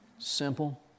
simple